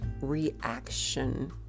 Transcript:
reaction